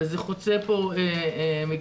וזה חוצה פה מגדר,